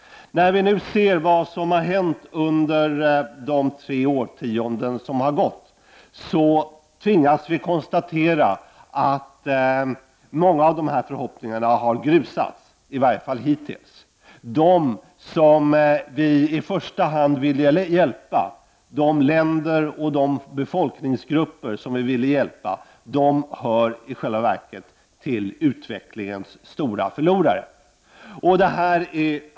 När vi nu ser vad som har hänt under de gångna tre årtiondena tvingas vi konstatera att många av dessa förhoppningar har grusats, i varje fall hittills. De länder och befolkningsgrupper som vi i första hand ville hjälpa hör i själva verket till de stora förlorarna i utvecklingshänseende.